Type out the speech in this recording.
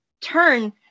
turn